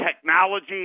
technology